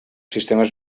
sistemes